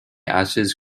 ashes